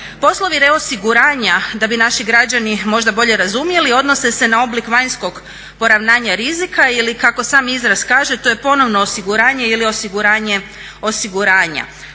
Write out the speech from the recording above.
Poslovi reosiguranja da bi naši građani možda bolje razumjeli odnose se na oblik vanjskog poravnanja rizika ili kako sam izraz kaže to je ponovno osiguranje ili osiguranje osiguranja.